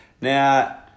Now